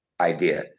idea